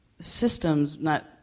systems—not